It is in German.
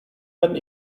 werden